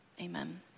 amen